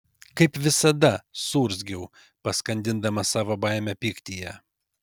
kaip visada suurzgiau paskandindama savo baimę pyktyje